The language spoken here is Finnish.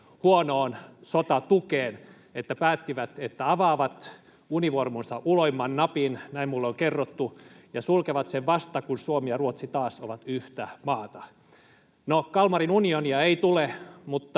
huonoon sotatukeen, että päättivät, että avaavat univormunsa uloimman napin — näin minulle on kerrottu — ja sulkevat sen vasta, kun Suomi ja Ruotsi taas ovat yhtä maata. No, Kalmarin unionia ei tule,